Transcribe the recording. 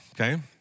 okay